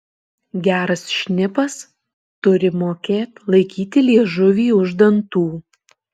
geras šnipas turi mokėt laikyti liežuvį už dantų